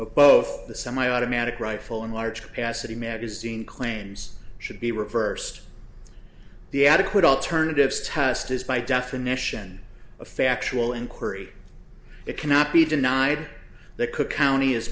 both the semiautomatic rifle and large capacity magazine claims should be reversed the adequate alternatives test is by definition a factual inquiry it cannot be denied that cook county